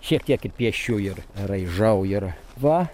šiek tiek ir piešiu ir raižau ir va